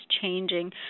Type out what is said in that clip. changing